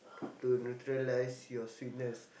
to neutralise your sweetness